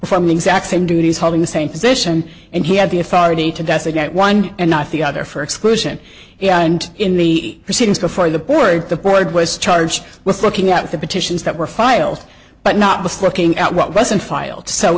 from the exact same duties holding the same position and he had the authority to designate one and not the other for exclusion and in the proceedings before the board the board was charged with looking at the petitions that were filed but not just looking at what wasn't filed so